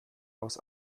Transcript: aus